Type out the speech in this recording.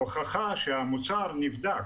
הוכחה שהמוצר נבדק.